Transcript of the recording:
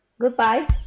Goodbye